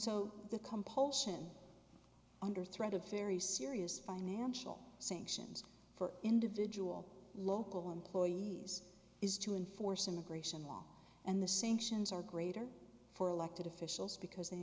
so the compulsion under threat of very serious financial sanctions for individual local employees is to enforce immigration law and the sink sions are greater for elected officials because they